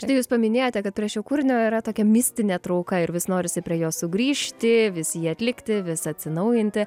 štai jūs paminėjote kad prie šio kūrinio yra tokia mistinė trauka ir vis norisi prie jo sugrįžti vis jį atlikti vis atsinaujinti